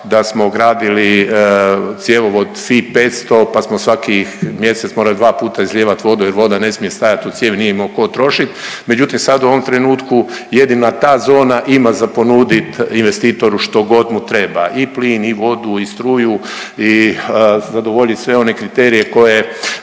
da smo ugradili cjevovod fi 500 pa smo svakih mjesec morali dva puta izlijevati vodu jer voda ne smije stajat u cijevi, nije imao tko trošit. Međutim, sad u ovom trenutku jedina ta zona ima za ponudit investitoru što god mu treba. I plin i vodu i struju i zadovoljit sve one kriterije koji